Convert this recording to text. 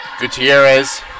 Gutierrez